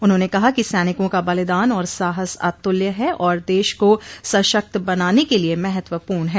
उन्होंने कहा कि सैनिकों का बलिदान और साहस अतुल्य है और देश को सशक्त बनाने के लिए महत्वपूर्ण है